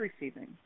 receiving